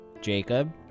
Jacob